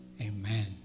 Amen